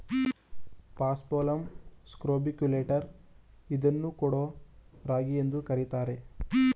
paspalum scrobiculatum ಇದನ್ನು ಕೊಡೋ ರಾಗಿ ಎಂದು ಕರಿತಾರೆ